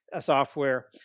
software